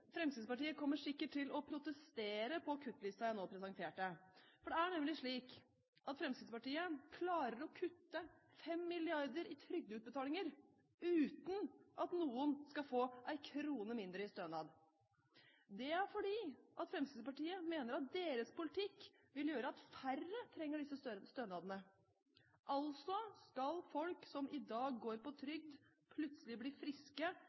Fremskrittspartiet kommer sikkert til å protestere på kuttlisten jeg nå presenterte, for det er nemlig slik at Fremskrittspartiet klarer å kutte 5 mrd. kr i trygdeutbetalinger uten at noen skal få én krone mindre i stønad. Det er fordi Fremskrittspartiet mener at deres politikk vil gjøre at færre trenger disse stønadene, altså skal folk som i dag går på trygd, plutselig bli friske